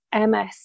MS